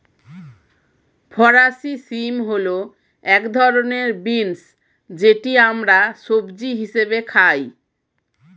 ফরাসি শিম হল এক ধরনের বিন্স যেটি আমরা সবজি হিসেবে খাই